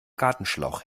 gartenschlauch